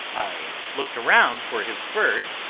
i looked around for his birds,